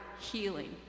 healing